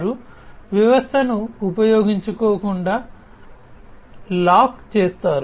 వారు వ్యవస్థను ఉపయోగించకుండా లాక్ చేస్తారు